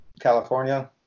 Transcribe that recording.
california